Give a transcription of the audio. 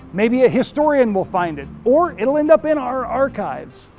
maybe a historian will find it or it'll end up in our archives.